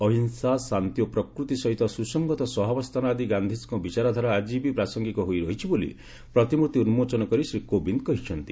ଅହିଂସା ଶାନ୍ତି ଓ ପ୍ରକୃତି ସହିତ ସୁସଂଗତ ସହାବସ୍ଥାନ ଆଦି ଗାନ୍ଧିଜୀଙ୍କ ବିଚାରଧାରା ଆଜି ବି ପ୍ରାସଙ୍ଗିକ ହୋଇ ରହିଛି ବୋଲି ପ୍ରତିମୂର୍ତ୍ତି ଉନ୍କୋଚନ କରି ଶ୍ରୀ କୋବିନ୍ଦ କହିଛନ୍ତି